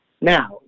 Now